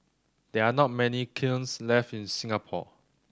there are not many kilns left in Singapore